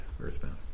Earthbound